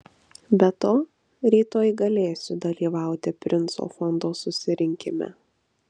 be to rytoj galėsiu dalyvauti princo fondo susirinkime